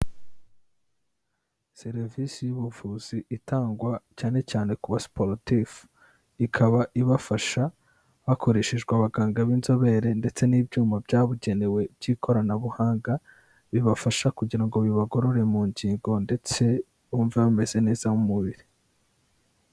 Serivisi y'ubuvuzi itangwa cyane cyane ku basiporotifu, ikaba ibafasha hakoreshejwe abaganga b'inzobere ndetse n'ibyuma byabugenewe by'ikoranabuhanga, bibafasha kugira ngo bibagorore mu ngingo ndetse bumve bameze neza mu mubiri.